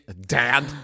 Dad